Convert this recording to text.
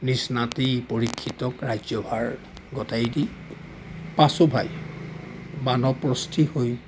নিজ নাতি পৰীক্ষিতক ৰাজ্যভাৰ গতাই দি পাঁচো ভাই বানপ্ৰস্থি হৈ